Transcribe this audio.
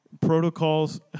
protocols